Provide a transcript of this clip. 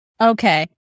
Okay